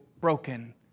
broken